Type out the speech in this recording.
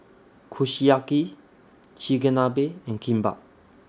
Kushiyaki Chigenabe and Kimbap